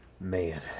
Man